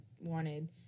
wanted